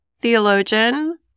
theologian